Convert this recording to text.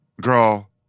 Girl